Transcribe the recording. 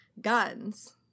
guns